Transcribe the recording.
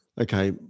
Okay